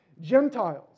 Gentiles